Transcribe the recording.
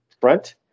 front